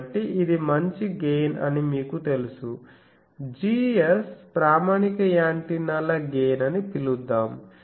కాబట్టి ఇది మంచి గెయిన్ అని మీకు తెలుసు Gs ప్రామాణిక యాంటెన్నాల గెయిన్ అని పిలుద్దాం